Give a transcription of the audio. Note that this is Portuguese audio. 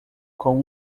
com